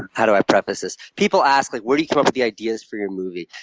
how do i preface this? people ask, like where do you come up with the ideas for your movies?